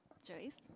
Joyce